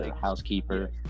housekeeper